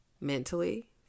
Mentally